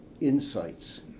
insights